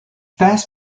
fast